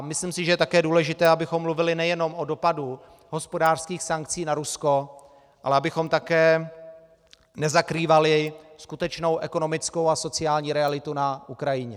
Myslím si, že je také důležité, abychom mluvili nejenom o dopadu hospodářských sankcí na Rusko, ale abychom také nezakrývali skutečnou ekonomickou a sociální realitu na Ukrajině.